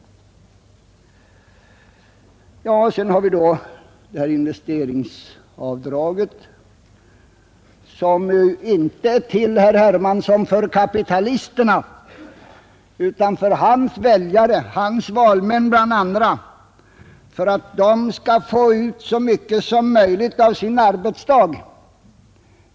Sedan har vi då investeringsavdraget, som inte är till, herr Hermansson i Stockholm, för kapitalisterna utan för att bl.a. hans valmän skall få ut så mycket som möjligt av sin arbetsdag.